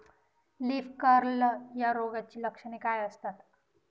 Leaf curl या रोगाची लक्षणे काय असतात?